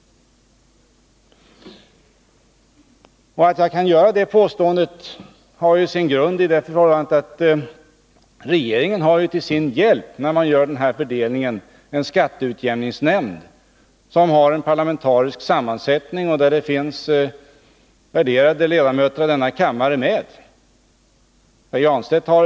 Att jag kan göra det påståendet har sin grund i att regeringen till sin hjälp vid fördelningsarbetet har en skatteutjämningsnämnd med parlamentarisk sammansättning och där värderade ledamöter av denna kammare finns med.